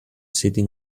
sitting